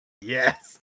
Yes